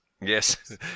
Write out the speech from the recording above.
Yes